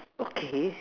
okay